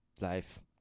life